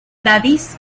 davies